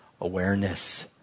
awareness